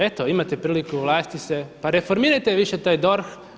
Eto imate priliku u vlasti ste pa reformirajte više taj DORH.